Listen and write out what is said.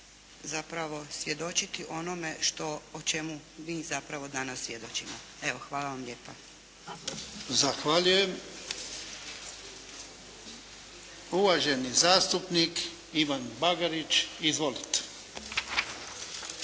zapravo svjedočiti onome o čemu mi zapravo danas svjedočimo. Hvala vam lijepa. **Jarnjak, Ivan (HDZ)** Zahvaljujem. Uvaženi zastupnik Ivan Bagarić. Izvolite.